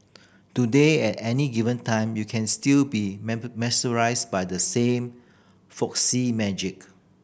today at any given time you can still be mesmerised by the same folksy magic